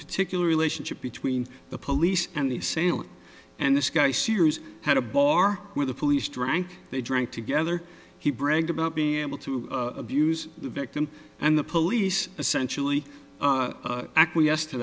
particular relationship between the police and the salem and this guy sears had a bar where the police drank they drank together he bragged about being able to abuse the victim and the police essentially acquiesced to